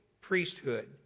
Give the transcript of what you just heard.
priesthood